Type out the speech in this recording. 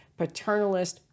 paternalist